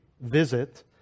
visit